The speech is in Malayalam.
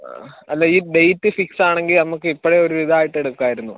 ആ അല്ല ഈ ഡേറ്റ് ഫിക്സ് ആണെങ്കിൽ നമുക്ക് ഇപ്പഴേ ഒരു വിധം ആയിട്ട് എടുക്കായിരുന്നു